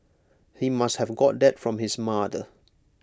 he must have got that from his mother